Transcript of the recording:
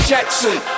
Jackson